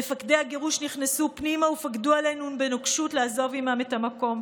מפקדי הגירוש נכנסו פנימה ופקדו עלינו בנוקשות לעזוב עימם את המקום.